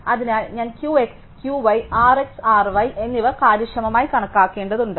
അതിനാൽ ഞാൻ Q x Q y R x R y എന്നിവ കാര്യക്ഷമമായി കണക്കാക്കേണ്ടതുണ്ട്